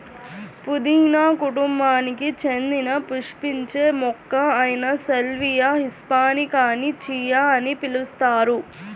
పుదీనా కుటుంబానికి చెందిన పుష్పించే మొక్క అయిన సాల్వియా హిస్పానికాని చియా అని పిలుస్తారు